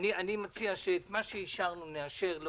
מציע שאת מה שאישרנו נאשר שוב,